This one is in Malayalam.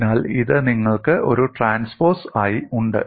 അതിനാൽ ഇത് നിങ്ങൾക്ക് ഒരു ട്രാൻസ്പോസ് മാറ്റം ആയി ഉണ്ട്